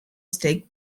stake